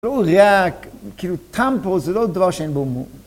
כאילו הוא ריאק, כאילו תם פה, זה לא דבר שאין בו מום.